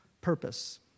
purpose